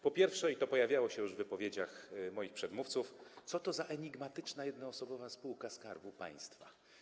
Po pierwsze, i to pojawiało się już w wypowiedziach moich przedmówców, co to za enigmatyczna jednoosobowa spółka Skarbu Państwa?